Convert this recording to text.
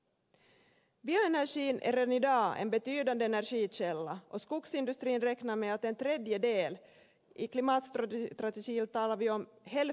bioenergin är redan idag en betydande energikälla och skogsindustrin räknar med att en tredjedel i klimatstrategin talar vi om hälften av ökningen av förnybar energi ska ske med bioenergi